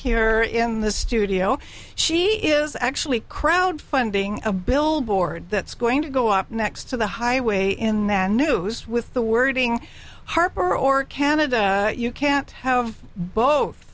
here in the studio she is actually crowdfunding a billboard that's going to go up next to the highway in that news with the wording harper or canada you can't have both